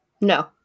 No